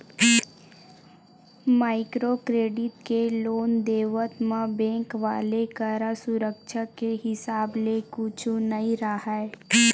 micro credit के loan के देवत म बेंक वाले करा सुरक्छा के हिसाब ले कुछु नइ राहय